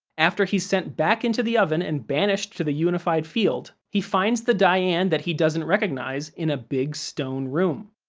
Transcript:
after he's sent back into the oven and banished to the unified field, he finds the diane that he doesn't recognize in a big stone room.